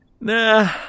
Nah